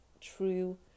true